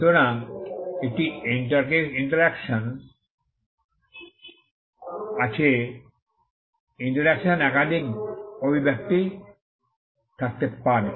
সুতরাং একটি ইন্টারকেশন আছে ইন্টারকেশন একাধিক অভিব্যক্তি থাকতে পারে